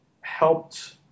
helped